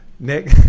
Nick